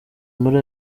muri